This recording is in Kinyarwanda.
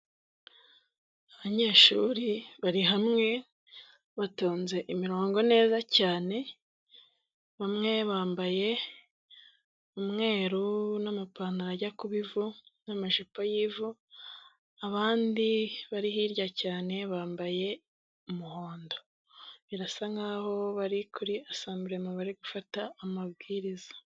Abanyeshuri bari hamwe, batonze imirongo neza cyane, bamwe bambaye umweru n'amapantaro ajya ku ivu n'amajipo y'ivu, abandi bari hirya cyane bambaye umuhondo, birasa nkaho bari kuri rasamburema bari gufata amabwiriza.